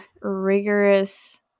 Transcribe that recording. rigorous